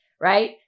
Right